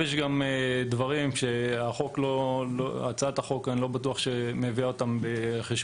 יש דברים שאני לא בטוח שהצעת החוק מביאה אותם בחשבון.